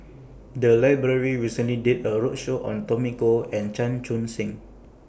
The Library recently did A roadshow on Tommy Koh and Chan Chun Sing